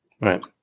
Right